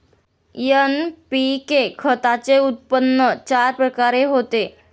NPK खताचे उत्पन्न चार प्रकारे होते